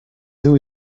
who